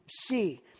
see